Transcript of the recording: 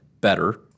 better